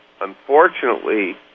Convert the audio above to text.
unfortunately